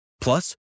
Plus